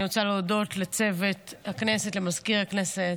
אני רוצה להודות לצוות הכנסת, למזכיר הכנסת,